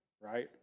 right